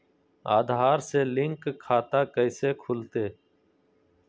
आधार से लिंक खाता कैसे खुलते?